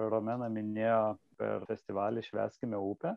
romena minėjo per festivalį švęskime upę